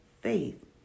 faith